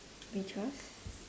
which was